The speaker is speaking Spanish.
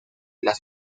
las